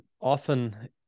often